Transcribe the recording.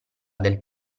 del